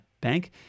bank